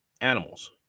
animals